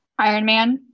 Ironman